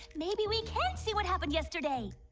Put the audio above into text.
maybe we can't see what happened yesterday